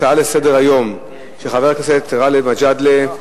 הצעה לסדר-היום של חבר הכנסת גאלב מג'אדלה,